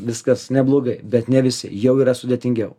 viskas neblogai bet ne visi jau yra sudėtingiau